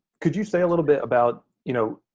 could you say a little bit about, you know,